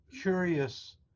curious